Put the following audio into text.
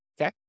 Okay